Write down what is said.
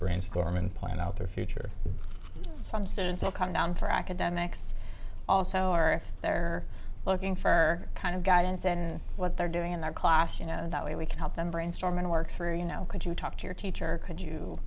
brainstorm and plan out their future some students will come down for academics also or if they're looking for kind of guidance and what they're doing in their class you know that we can help them brainstorm and work through you know could you talk to your teacher could you